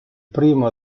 primo